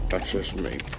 access main